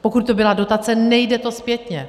Pokud to byla dotace, nejde to zpětně.